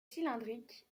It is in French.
cylindrique